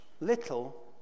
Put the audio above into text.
little